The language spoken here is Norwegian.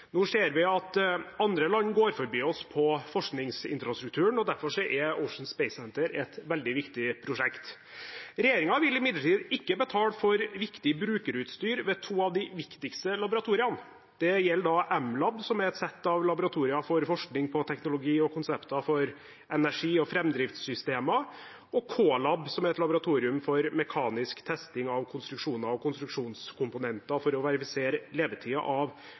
Nå ser vi at andre land går forbi oss på forskningsinfrastrukturen, og derfor er Ocean Space Centre et veldig viktig prosjekt. Regjeringen vil imidlertid ikke betale for viktig brukerutstyr ved to av de viktigste laboratoriene. Det gjelder da M-lab, som er et sett av laboratorier for forskning på teknologi og konsepter for energi og framdriftssystemer, og K-lab, som er et laboratorium for mekanisk testing av konstruksjoner og konstruksjonskomponenter for å verifisere levetiden av